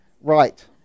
Right